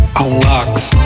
unlocks